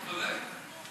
צודק.